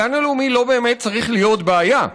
הגן הלאומי לא באמת צריך להיות בעיה.